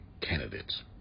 candidates